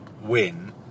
win